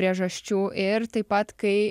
priežasčių ir taip pat kai